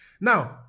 now